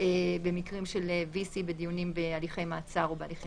במקרים של VC בדיונים בהליכי מעצר או בהליכים